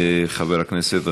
חבר הכנסת גנאים,